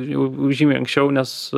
jau žymiai anksčiau nes